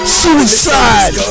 suicide